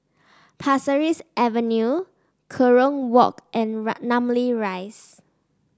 Pasir Ris Avenue Kerong Walk and Namly Rise